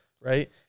right